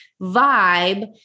vibe